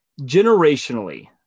generationally